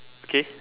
okay